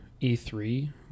E3